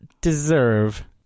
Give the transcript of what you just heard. deserve